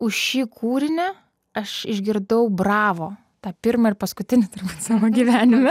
už šį kūrinį aš išgirdau bravo tą pirmą ir paskutinį savo gyvenime